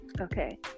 okay